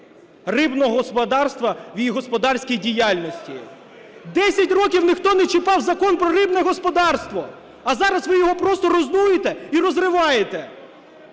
рибного господарства в їх господарській діяльності. 10 років ніхто не чіпав Закон про рибне господарство, а зараз ви його просто руйнуєте і розриваєте.